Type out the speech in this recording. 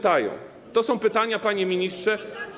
To są pytania, panie ministrze.